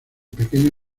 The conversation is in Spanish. pequeño